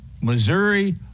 Missouri